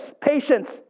patience